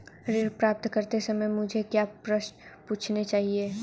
ऋण प्राप्त करते समय मुझे क्या प्रश्न पूछने चाहिए?